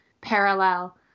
parallel